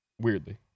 weirdly